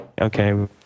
Okay